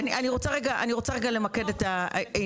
אני רוצה למקד את העניין.